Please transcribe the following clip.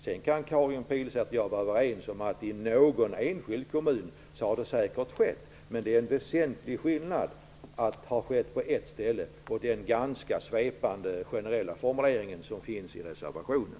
Sedan kan Karin Pilsäter och jag vara överens om att det säkert har skett i någon enskild kommun. Men det är en väsentlig skillnad att säga att det har skett på ett ställe och den ganska svepande generella formulering som finns i reservationen.